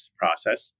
process